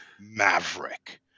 Maverick